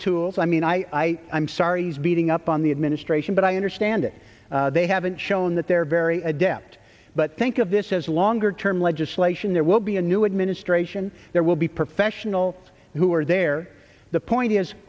tools i mean i i'm sorry he's beating up on the administration but i understand it they haven't shown that they're very adept but think of this as longer term legislation there will be a new administration there will be professional who are there the point is